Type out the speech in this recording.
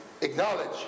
Acknowledge